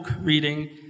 reading